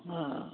हाँ